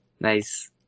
nice